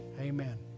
Amen